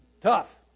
Tough